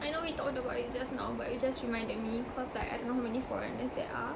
I know we talked about it just now but you just reminded me cause I don't know how many foreigners there are